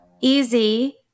easy